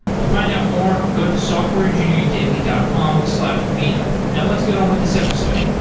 to find our more, go to softwareengineeringdaily dot com slash meetup. now, let's get on with this episode